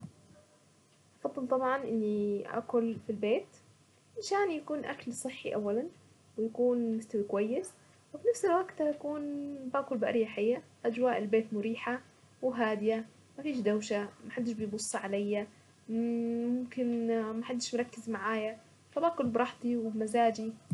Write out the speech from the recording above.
افضل طبعا اني اكل في البيت عشان يكون اكل صحي اولا ويكون مستوي كويس وفي نفس الوقت هكون باكل باريحية اجواء البيت مريحة وهادية ما فيش دوشة.ما حدش بيبص عليا ممكن اه ما حدش مركز معايا فباكل براحتي وبمزاجي.